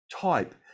type